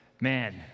man